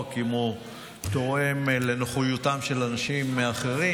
אם הוא תואם לנוחיותם של אנשים אחרים.